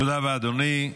תודה רבה, אדוני.